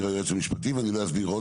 ימים.